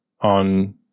on